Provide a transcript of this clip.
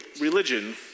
religion